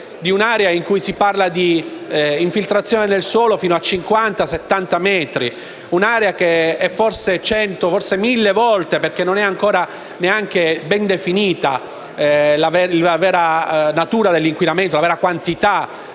di un'area in cui vi sono infiltrazioni nel suolo fino a 50-70 metri, un'area che è forse cento o mille volte (non è ancora ben definita la vera natura dell'inquinamento e la quantità